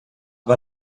war